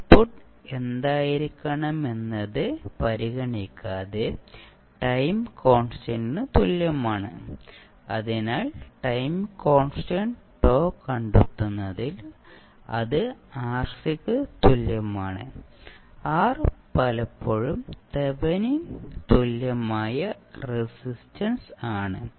output എന്തായിരിക്കണമെന്നത് പരിഗണിക്കാതെ time constant തുല്യമാണ് അതിനാൽ ടൈം കോൺസ്റ്റന്റ് τ കണ്ടെത്തുന്നതിൽ അത് ആർസിക്ക് തുല്യമാണ് R പലപ്പോഴും തെവെനിൻ തുല്യമായ റെസിസ്റ്റൻസ് ആണ്